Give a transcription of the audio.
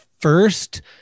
first